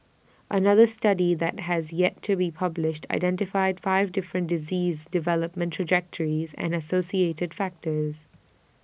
another study that has yet to be published identified five different disease development trajectories and the associated factors